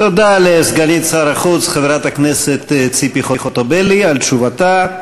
תודה לסגנית שר החוץ חברת הכנסת ציפי חוטובלי על תשובתה.